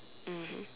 mmhmm